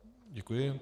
Děkuji.